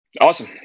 Awesome